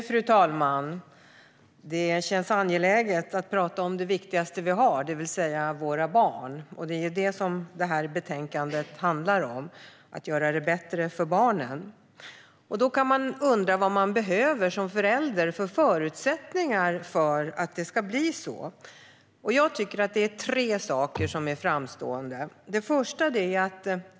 Fru talman! Det känns angeläget att tala om det viktigaste vi har, det vill säga våra barn. Att göra det bättre för barnen är vad betänkandet handlar om. Man kan fundera över vad föräldrar behöver för förutsättningar för att det ska bli så. Jag tycker att det finns tre saker som står ut.